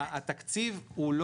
מה